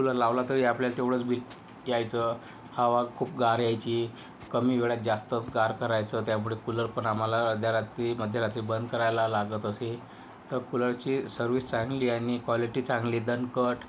cooler लावला तरी आपल्याला तेवढंच बिल यायचं हवा खूप गार यायची कमी वेळात जास्त गार करायचं त्यामुळे कूलर पण आम्हाला अर्ध्या रात्री मध्यरात्री बंद करायला लागत असे तर कूलरची सर्विस चांगली आहे आणि क्वालिटी चांगली दणकट